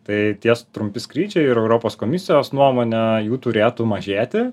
tai ties trumpi skrydžiai ir europos komisijos nuomone jų turėtų mažėti